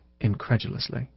incredulously